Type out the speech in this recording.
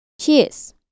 Cheers